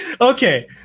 Okay